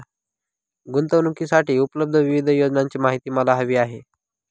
गुंतवणूकीसाठी उपलब्ध विविध योजनांची माहिती मला हवी आहे